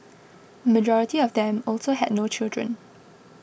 majority of them also had no children